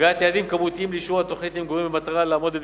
קביעת יעדים כמותיים לאישור תוכניות למגורים במטרה לעמוד בביקושים.